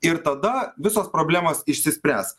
ir tada visos problemos išsispręs